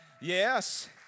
Yes